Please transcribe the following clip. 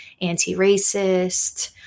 anti-racist